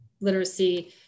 literacy